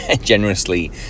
generously